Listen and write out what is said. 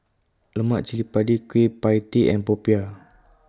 Lemak Cili Padi Kueh PIE Tee and Popiah